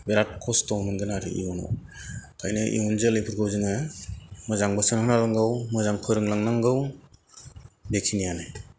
बिराद खस्त मोनगोन आरो इयुनाव बेखायनो इयुन जोलैफोरखौ जोङो मोजां बोसोन होनांगौ मोजां फोरोंलांनांगौ बेखिनिआनो